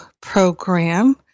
program